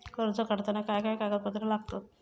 कर्ज काढताना काय काय कागदपत्रा लागतत?